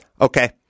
okay